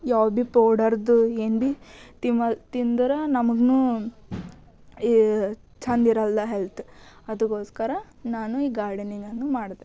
ಯಾವ ಭೀ ಪೌಡರ್ದು ಏನು ಭೀ ತಿಮ ತಿಂದ್ರೆ ನಮಗೂ ಚಂದಿರಲ್ಲ ಹೆಲ್ತ್ ಅದಕೋಸ್ಕರ ನಾನು ಈ ಗಾರ್ಡನಿಂಗನ್ನು ಮಾಡಿದೆ